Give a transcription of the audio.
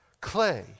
clay